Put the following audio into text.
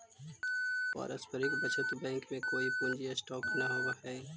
पारस्परिक बचत बैंक में कोई पूंजी स्टॉक न होवऽ हई